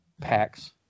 packs